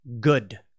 Good